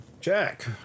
Jack